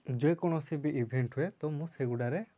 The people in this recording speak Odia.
ଯେକୌଣସି ବି ଇଭେଣ୍ଟ୍ ହୁଏ ତ ମୁଁ ସେଗୁଡ଼ାରେ